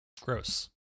Gross